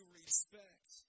respect